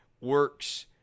works